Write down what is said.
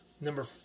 number